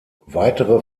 weitere